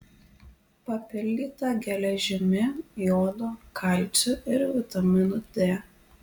papildyta geležimi jodu kalciu ir vitaminu d